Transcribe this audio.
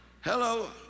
Hello